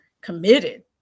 committed